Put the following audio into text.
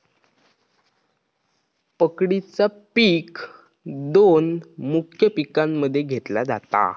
पकडीचा पिक दोन मुख्य पिकांमध्ये घेतला जाता